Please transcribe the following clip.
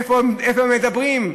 איפה הם מדברים,